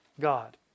God